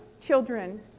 children